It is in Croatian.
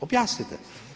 Objasnite.